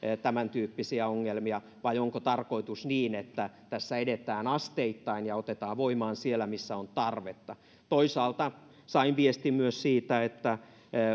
tämäntyyppisiä ongelmia vai onko tarkoitus niin että tässä edetään asteittain ja otetaan voimaan siellä missä on tarvetta toisaalta sain viestin myös siitä että